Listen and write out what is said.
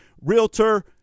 realtor